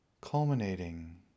culminating